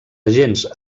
agents